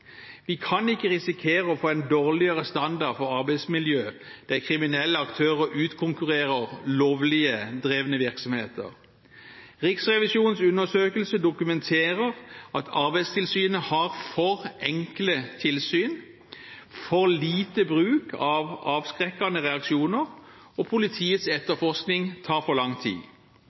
Vi kan ikke risikere å få en dårligere standard for arbeidsmiljøet, der kriminelle aktører utkonkurrerer lovlig drevne virksomheter. Riksrevisjonens undersøkelse dokumenterer at Arbeidstilsynet har for enkle tilsyn, for lite bruk av avskrekkende reaksjoner, og politiets etterforskning tar for lang tid.